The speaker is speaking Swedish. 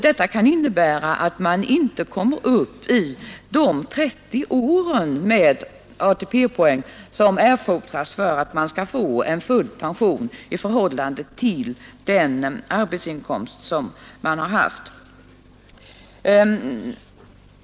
Detta kan innebära att dessa föräldrar inte kan erhålla pensionspoäng för de 30 år som erfordras för att full pension skall kunna utgå i förhållande till den arbetsinkomst man haft.